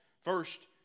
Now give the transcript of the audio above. first